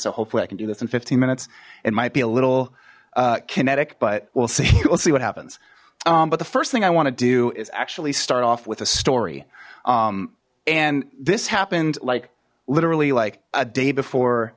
so hopefully i can do this in fifteen minutes it might be a little kinetic but we'll see let's see what happens but the first thing i want to do is actually start off with a story and this happened like literally like a day before